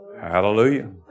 Hallelujah